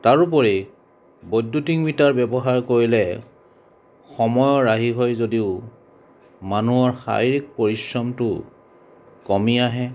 তাৰোপৰি বৈদ্যুতিক মিটাৰ ব্যৱহাৰ কৰিলে সময়ৰ ৰাহি হয় যদিও মানুহৰ শাৰীৰিক পৰিশ্ৰমটো কমি আহে